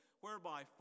whereby